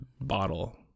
bottle